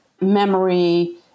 memory